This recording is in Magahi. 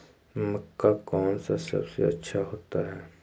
मक्का कौन सा सबसे अच्छा होता है?